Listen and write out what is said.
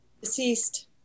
Deceased